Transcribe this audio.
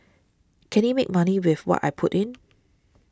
can it make money with what I put in